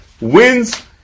wins